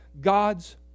God's